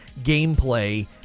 gameplay